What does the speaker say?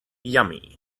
yummy